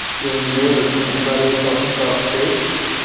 doing good. anybody talking about steaks?